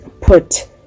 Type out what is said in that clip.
put